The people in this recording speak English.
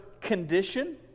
condition